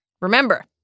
remember